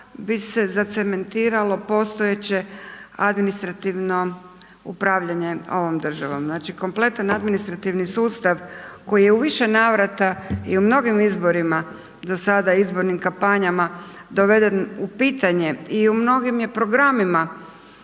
bi se zacementiralo postojeće administrativno upravljanje ovom državom, znači kompletan administrativni sustav koji je u više navrata i u mnogim izborima do sada, izbornim kampanjama doveden u pitanje i u mnogim je programima